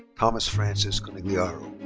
thomas francis conigliaro.